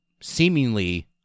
seemingly